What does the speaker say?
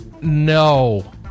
no